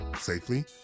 safely